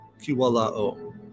Kiwala'o